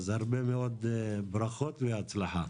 אז הרבה מאוד ברכות והצלחה.